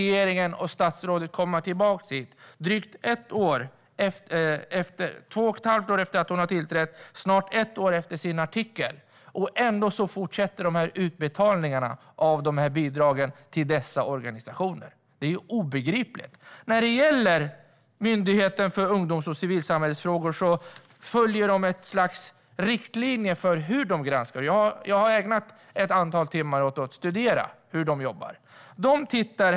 Två och ett halvt år efter att regeringen och statsrådet tillträdde och snart ett år efter att statsrådet skrev sin artikel fortsätter utbetalningarna av bidragen till dessa organisationer. Det är obegripligt. Myndigheten för ungdoms och civilsamhällesfrågor följer ett slags riktlinjer för hur de ska granska. Jag har ägnat ett antal timmar åt att studera hur de jobbar. Herr talman!